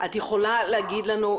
את יכולה להגיד לנו,